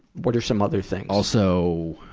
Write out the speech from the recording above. what are some other things? also,